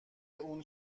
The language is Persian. اون